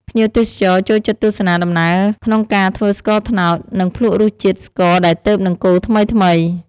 ភ្ញៀវទេសចរចូលចិត្តទស្សនាដំណើរក្នុងការធ្វើស្ករត្នោត និងភ្លក្សរសជាតិស្ករដែលទើបនឹងកូរថ្មីៗ។